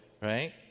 Right